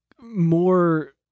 more